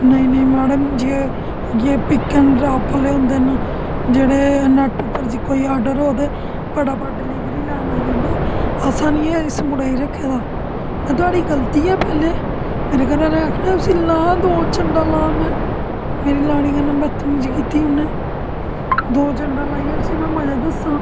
नेईं नेईं मैडम जे पिक एंड ड्राप आहले होंदे ना जेहडे नेट उपर कोई आर्डर होग ते फटा फट डिलिवरी लेन आई जंदे असें नेई इस मुडे़ गी रक्खे दा में थुआढ़ी गल्ती ऐ पहले मेरे घरे आहले आखेआ उसी ला दो चंडां ला मेरी लाॅडी कन्नै बतमिजी कीती उनें दो चंडां लाइयै उसी में मजा दस्सां